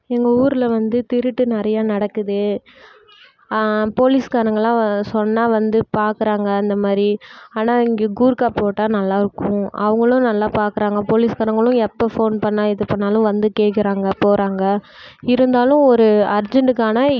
எங்கள் ஊரில் வந்து திருட்டு நிறையா நடக்குது போலீஸ்காரங்கள்லாம் சொன்னால் வந்து பாக்கிறாங்க அந்த மாதிரி ஆனால் இங்கே கூர்க்கா போட்டால் நல்லாயிருக்கும் அவங்களும் நல்லா பாக்கிறாங்க போலீஸ்காரவங்களும் எப்போ ஃபோன் பண்ணால் இது பண்ணாலும் வந்து கேக்கிறாங்க போகிறாங்க இருந்தாலும் ஒரு அர்ஜென்ட்டுக்கான